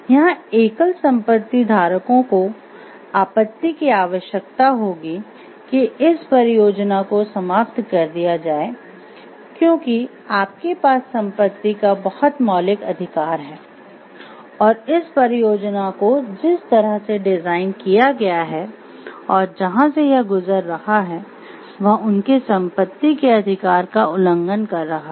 यहाँ एकल संपत्ति धारकों को आपत्ति की आवश्यकता होगी कि इस परियोजना को समाप्त कर दिया जाए क्योंकि आपके पास संपत्ति का बहुत मौलिक अधिकार है और इस परियोजना को जिस तरह से डिजाइन किया गया है और जहाँ से यह गुजर रहा है वह उनके सम्पत्ति के अधिकार का उल्लंघन कर रहा है